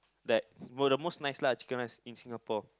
that were the most nice lah chicken rice in Singapore